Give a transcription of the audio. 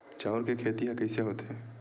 चांउर के खेती ह कइसे होथे?